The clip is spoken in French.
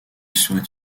serait